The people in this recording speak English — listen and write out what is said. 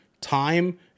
time